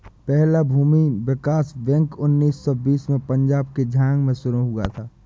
पहला भूमि विकास बैंक उन्नीस सौ बीस में पंजाब के झांग में शुरू हुआ था